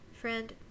Friend